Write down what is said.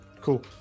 Cool